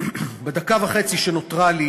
בדקה וחצי שנותרו לי